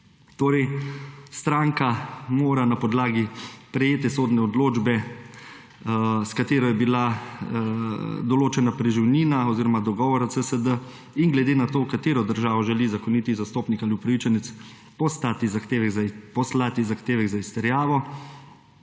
preživnine. Torej na podlagi prejete sodne odločbe, s katero je bila določena preživnina, oziroma dogovora CSD in glede na to, v katero državo želi zakoniti zastopnik ali upravičenec poslati zahtevek za izterjavo,